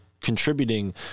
contributing